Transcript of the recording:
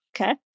Okay